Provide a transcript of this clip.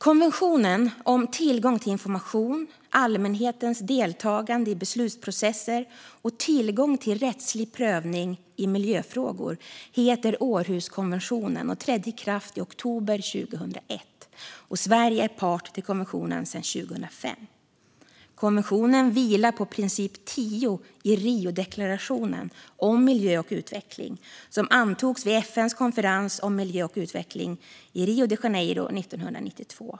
Konventionen om tillgång till information, allmänhetens deltagande i beslutsprocesser och tillgång till rättslig prövning i miljöfrågor heter Århuskonventionen. Den trädde i kraft i oktober 2001, och Sverige är part till konventionen sedan 2005. Konventionen vilar på princip 10 i Riodeklarationen om miljö och utveckling, som antogs vid FN:s konferens om miljö och utveckling i Rio de Janeiro 1992.